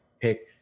pick